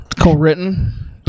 co-written